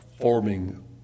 forming